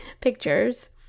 pictures